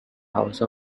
house